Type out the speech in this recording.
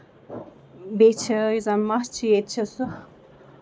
بیٚیہِ چھُ یُس زَن مَس چھُ ییٚتہِ چھُ سُہ